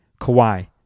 Kawhi